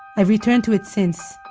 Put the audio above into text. i've returned to it since.